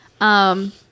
Um-